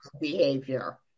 behavior